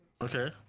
Okay